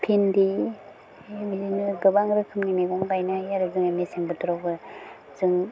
भिन्दि बिदिनो गोबां रोखोमनि मैगं गायनो हायो आरो जोङो मेसें बोथोरावबो जों